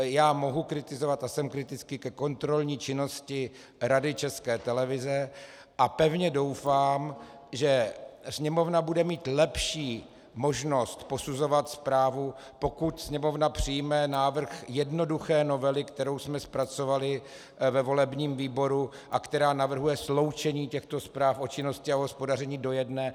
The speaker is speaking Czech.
Já mohu kritizovat a jsem kritický ke kontrolní činnosti Rady České televize a pevně doufám, že Sněmovna bude mít lepší možnost posuzovat zprávu, pokud Sněmovna přijme návrh jednoduché novely, kterou jsme zpracovali ve volebním výboru a která navrhuje sloučení těchto zpráv o činnosti a o hospodaření do jedné.